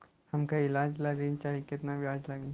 हमका ईलाज ला ऋण चाही केतना ब्याज लागी?